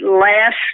last